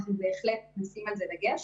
אנחנו בהחלט נשים על זה דגש